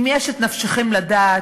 אם יש את נפשכם לדעת